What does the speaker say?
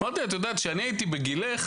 אמרתי לה שכשהייתי בגילה,